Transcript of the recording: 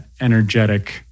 energetic